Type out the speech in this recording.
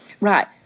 right